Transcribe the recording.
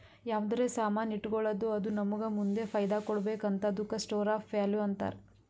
ಯಾವ್ದರೆ ಸಾಮಾನ್ ಇಟ್ಗೋಳದ್ದು ಅದು ನಮ್ಮೂಗ ಮುಂದ್ ಫೈದಾ ಕೊಡ್ಬೇಕ್ ಹಂತಾದುಕ್ಕ ಸ್ಟೋರ್ ಆಫ್ ವ್ಯಾಲೂ ಅಂತಾರ್